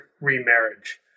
remarriage